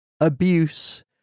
abuse